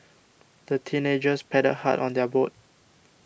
the teenagers paddled hard on their boat